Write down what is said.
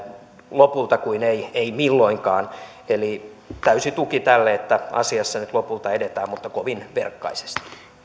lopulta kuin ei ei milloinkaan eli täysi tuki tälle että asiassa nyt lopulta edetään mutta kovin verkkaisesti